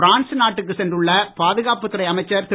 France நாட்டுக்குச் சென்றுள்ள பாதுகாப்பு அமைச்சர் திரு